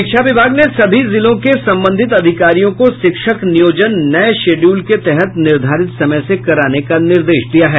शिक्षा विभाग ने सभी जिलों के संबंधित अधिकारियों को शिक्षक नियोजन नये शिड्यूल के तहत निर्धारित समय से कराने का निर्देश दिया है